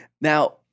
Now